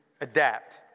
adapt